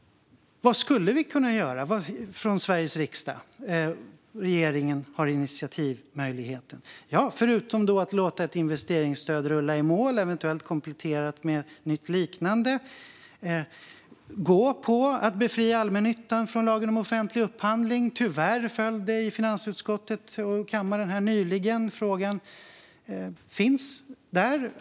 Vad skulle vi kunna göra på kort sikt från Sveriges riksdag, där regeringen har initiativmöjlighet? Förutom att låta ett investeringsstöd rulla i mål, eventuellt kompletterat med ett nytt liknande, kan vi gå på att befria allmännyttan från lagen om offentlig upphandling. Tyvärr föll det i finansutskottet och i kammaren här nyligen, men frågan finns.